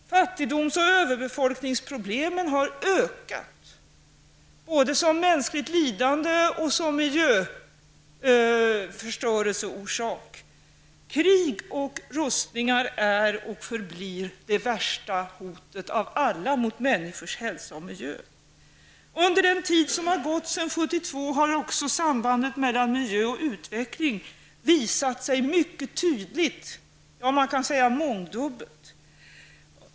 Fattigdoms och överbefolkningsproblemen har ökat, både som mänskligt lidande och som miljöförstörelseorsak. Krig och rustningar är och förblir det värsta av alla hoten mot människors hälsa och miljö. Under den tid som har gått sedan 1972 har också sambandet mellan miljö och utveckling visat sig mycket tydligt -- ja, man kan säga att det har mångdubblats.